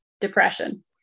depression